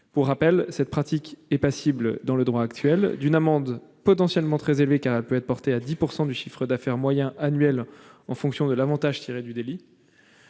Pour rappel, cette pratique est passible dans le droit actuel d'une amende potentiellement très élevée- elle peut être portée à 10 % du chiffre d'affaires moyen annuel en fonction de l'avantage tiré du délit